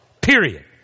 Period